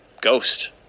ghost